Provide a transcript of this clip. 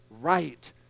right